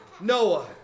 Noah